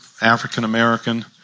African-American